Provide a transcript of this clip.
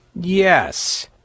Yes